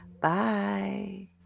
Bye